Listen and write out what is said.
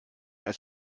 als